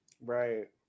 Right